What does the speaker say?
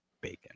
Bacon